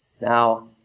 Now